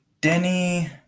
Denny